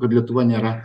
kad lietuva nėra